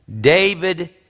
David